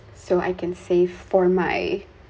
so I can save for my